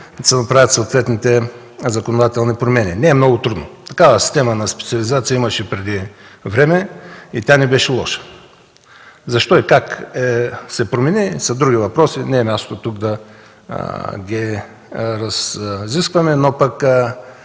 се направят съответните законодателни промени. Не е много трудно. Такава система на специализация имаше преди време и тя не беше лоша. Защо и как се промени са други въпроси и не е мястото тук да ги разискваме, но